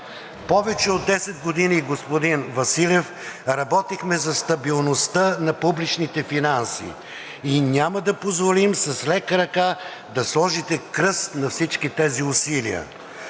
Повече от десет години, господин Василев, работихме за стабилността на публичните финанси и няма да позволим с лека ръка да сложите кръст на всички тези усилия.